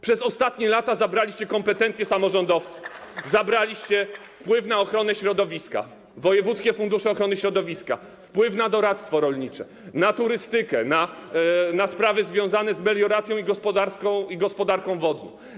Przez ostatnie lata zabraliście kompetencje samorządowcom: wpływ na ochronę środowiska, wojewódzkie fundusze ochrony środowiska, wpływ na doradztwo rolnicze, na turystykę, na sprawy związane z melioracją i gospodarką wodną.